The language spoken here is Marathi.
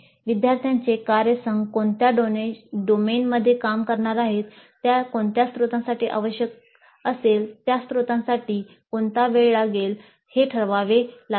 विद्यार्थ्यांचे कार्यसंघ कोणत्या डोमेनमध्ये काम करणार आहेत कोणत्या स्त्रोतांसाठी आवश्यक असेल त्या स्त्रोतांसाठी कोणती वेळ लागेल ते ठरवावे लागेल